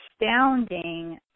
astounding